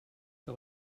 que